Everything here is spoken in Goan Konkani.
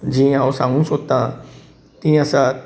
जीं हांव सांगूक सोदता तीं आसात